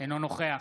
אינו נוכח